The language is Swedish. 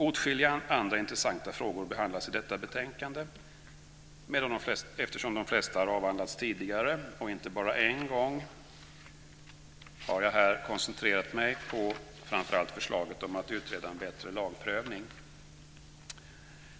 Åtskilliga andra intressanta frågor behandlas i detta betänkande, men eftersom de flesta har avhandlats tidigare och inte bara en gång har jag här koncentrerat mig på framför allt förslaget om att utreda en bättre lagprövning.